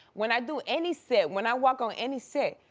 when i do any set, when i walk on any set,